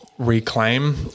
reclaim